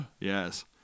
Yes